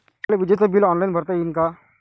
मले विजेच bill online भरता येईन का?